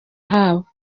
habo